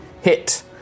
hit